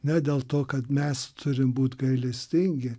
ne dėl to kad mes turim būt gailestingi